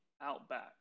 outback